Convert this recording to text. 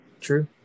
True